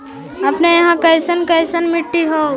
अपने यहाँ कैसन कैसन मिट्टी होब है?